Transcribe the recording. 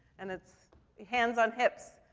and it's hands on hips.